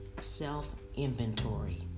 self-inventory